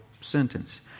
sentence